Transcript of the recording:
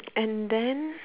and then